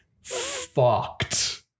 fucked